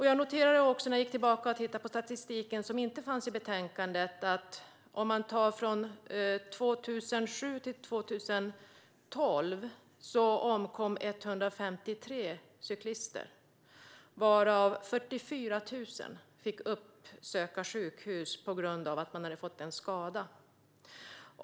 Jag noterade när jag gick tillbaka och tittade på statistik som inte finns i betänkandet att 153 cyklister omkom 2007-2012 och 44 000 fick uppsöka sjukhus på grund av att de hade fått en skada.